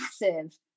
massive